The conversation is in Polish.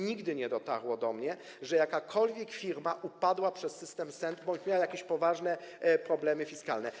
Nigdy nie dotarło do mnie, że jakakolwiek firma upadła przez system SENT, bo miała jakieś poważne problemy fiskalne.